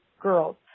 girls